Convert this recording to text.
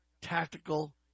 tactical